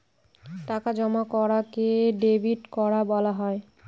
টাকা জমা করাকে ডেবিট করা বলা হয়